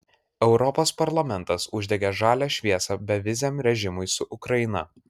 europos parlamentas uždegė žalią šviesą beviziam režimui su ukraina